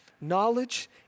Knowledge